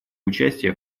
участие